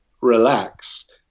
relax